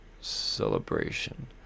Celebration